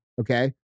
okay